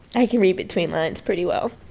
i can read between lines pretty well